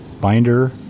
binder